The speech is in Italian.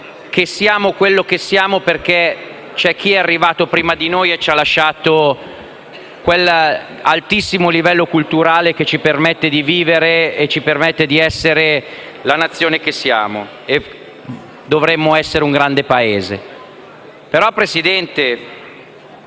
che siamo quello che siamo perché c'è chi è arrivato prima di noi e ci ha lasciato quell'altissimo livello culturale che ci permette di vivere e di essere la Nazione che siamo. Dovremmo quindi essere un grande Paese. Signor Presidente,